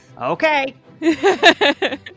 Okay